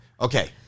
Okay